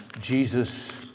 Jesus